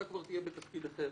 אתה כבר תהיה בתפקיד אחר,